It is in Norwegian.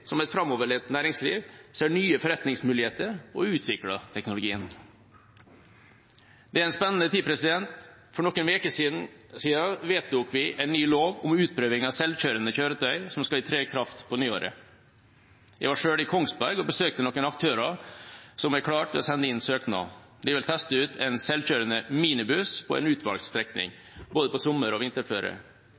som et framoverlent næringsliv ser nye forretningsmuligheter og utvikler teknologien. Det er en spennende tid. For noen uker siden vedtok vi en ny lov om utprøving av selvkjørende kjøretøy som skal tre i kraft på nyåret. Jeg var selv i Kongsberg og besøkte noen aktører som er klare til å sende inn søknad. De vil teste ut en selvkjørende minibuss på en utvalgt strekning, på både sommer- og vinterføre